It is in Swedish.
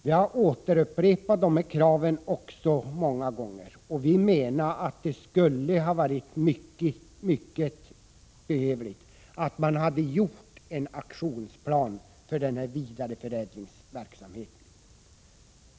Vi har upprepat våra krav många gånger. Enligt vår åsikt är det synnerligen behövligt att göra en aktionsplan när det gäller vidareförädlingsverksamheten.